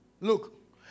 Look